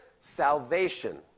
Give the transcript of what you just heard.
salvation